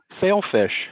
sailfish